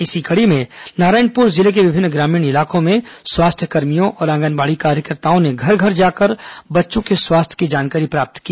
इसी कड़ी में नारायणपुर जिले के विभिन्न ग्रामीण इलाकों में स्वास्थ्यकर्मियों और आंगनबाड़ी कार्यकर्ताओं ने घर घर जाकर बच्चों के स्वास्थ्य की जानकारी प्राप्त की